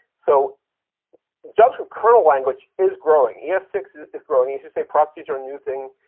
so the javascript kernel language is growing. e s six is growing, as you say, proxies are a new thing.